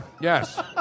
Yes